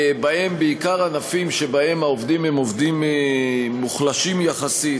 ובעיקר ענפים שבהם העובדים הם עובדים מוחלשים יחסית,